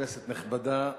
כנסת נכבדה,